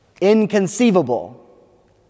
inconceivable